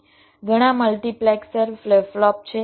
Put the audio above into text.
ઘણા multiplexer flip flop છે